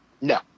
No